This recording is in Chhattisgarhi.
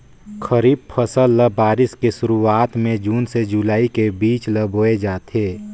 खरीफ फसल ल बारिश के शुरुआत में जून से जुलाई के बीच ल बोए जाथे